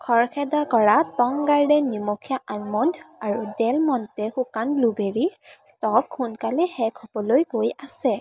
খৰখেদা কৰা Tong Garden নিমখীয়া আলমণ্ড আৰু ডেল মণ্টে শুকান ব্লুবেৰিৰ ষ্টক সোনকালে শেষ হ'বলৈ গৈ আছে